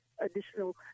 additional